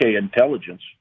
intelligence